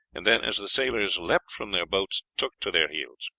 and then, as the sailors leapt from their boats, took to their heels.